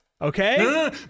Okay